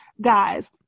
Guys